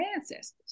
ancestors